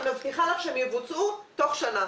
אני מבטיחה לך שהם יבוצעו תוך שנה.